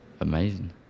amazing